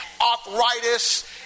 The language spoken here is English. arthritis